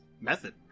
method